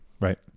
Right